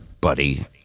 buddy